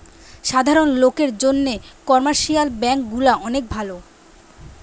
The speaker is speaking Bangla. সাধারণ লোকের জন্যে কমার্শিয়াল ব্যাঙ্ক গুলা অনেক ভালো